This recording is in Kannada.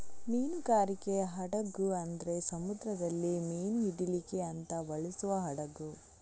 ಮೀನುಗಾರಿಕೆ ಹಡಗು ಅಂದ್ರೆ ಸಮುದ್ರದಲ್ಲಿ ಮೀನು ಹಿಡೀಲಿಕ್ಕೆ ಅಂತ ಬಳಸುವ ಹಡಗು